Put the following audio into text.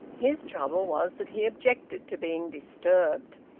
his trouble was that he objected to being disturbed.